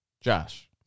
Josh